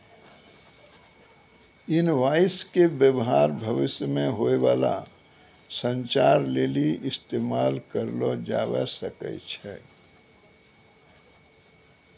invoice के व्य्वहार भविष्य मे होय बाला संचार लेली इस्तेमाल करलो जाबै सकै छै